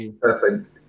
Perfect